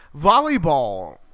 volleyball